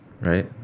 right